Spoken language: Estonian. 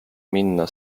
minna